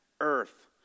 earth